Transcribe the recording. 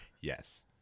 Yes